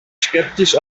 skeptisch